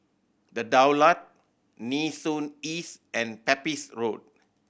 The Daulat Nee Soon East and Pepys Road